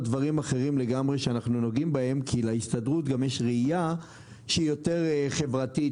כי להסתדרות יש גם ראיה יותר חברתית,